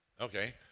Okay